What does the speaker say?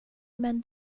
men